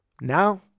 Now